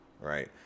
right